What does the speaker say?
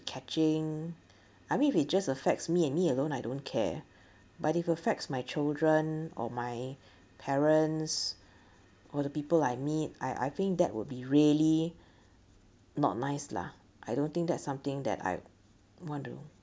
catching I mean if just affects me and me alone I don't care but if affects my children or my parents or the people I meet I I think that would be really not nice lah I don't think that's something that I want to